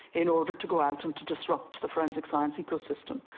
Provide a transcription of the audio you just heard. in order to go out and to disrupt the forensic science ecosystem.